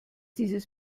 dieses